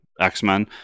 X-Men